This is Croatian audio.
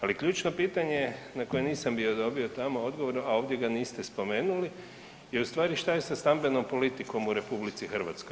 Ali ključno pitanje na koje nisam bio dobio tamo odgovor, a ovdje ga niste spomenuli je u stvari šta je sa stambenoj politici u RH?